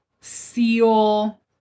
seal